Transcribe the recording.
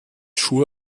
schuhe